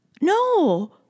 no